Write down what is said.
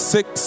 Six